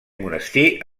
monestir